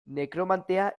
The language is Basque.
nekromantea